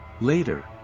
Later